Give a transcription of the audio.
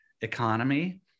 economy